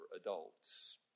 adults